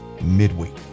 midweek